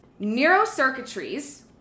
Neurocircuitries